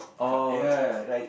ya